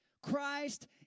Christ